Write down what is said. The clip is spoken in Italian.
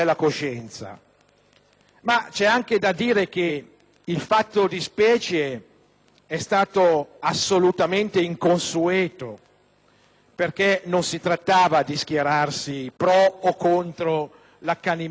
Ma c'è anche da dire che il fatto di specie è stato assolutamente inconsueto, perché non si trattava di schierarsi pro o contro l'accanimento terapeutico,